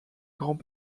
grands